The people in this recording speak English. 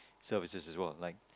so it is as well like